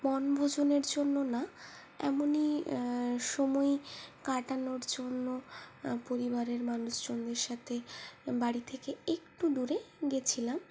বনভোজনের জন্য না এমনই সময় কাটানোর জন্য পরিবারের মানুষজনদের সাথে বাড়ি থেকে একটু দূরে গেছিলাম